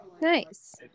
Nice